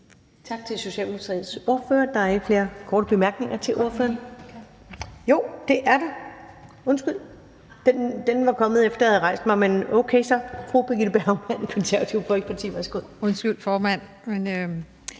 Tak til Socialdemokratiets ordfører. Der er ikke flere korte bemærkninger til ordføreren. Jo, det er der. Undskyld. Den var kommet, efter at jeg havde rejst mig, men okay så. Fru Birgitte Bergman, Konservative Folkeparti. Værsgo. Kl.